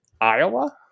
Iowa